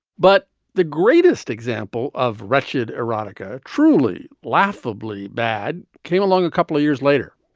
but the greatest example of wretched erotica, truly, laughably bad came along a couple of years later.